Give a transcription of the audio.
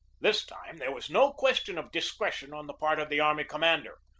this time there was no question of discretion on the part of the army commander.